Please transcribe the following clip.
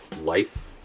life